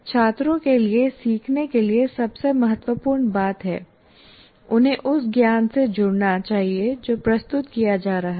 छात्रों के लिए सीखने के लिए सबसे महत्वपूर्ण बात है उन्हें उस ज्ञान से जुड़ना चाहिए जो प्रस्तुत किया जा रहा है